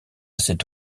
cette